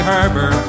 Harbor